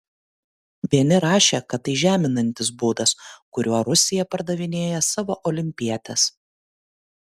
vieni rašė kad tai žeminantis būdas kuriuo rusija pardavinėja savo olimpietes